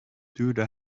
tuurde